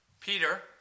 Peter